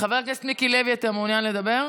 חבר הכנסת מיקי לוי, אתה מעוניין לדבר?